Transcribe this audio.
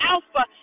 Alpha